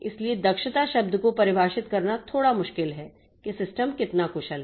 इसलिए दक्षता शब्द को परिभाषित करना थोड़ा मुश्किल है कि सिस्टम कितना कुशल है